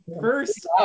first